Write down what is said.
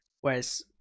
Whereas